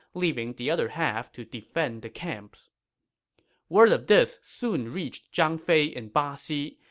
leaving the other half to defend the camps word of this soon reached zhang fei in baxi,